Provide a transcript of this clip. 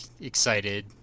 excited